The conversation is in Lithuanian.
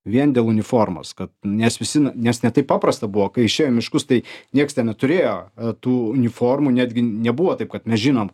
vien dėl uniformos kad nes visi nes ne taip paprasta buvo kai išėjo į miškus tai nieks ten neturėjo tų uniformų netgi nebuvo taip kad mes žinom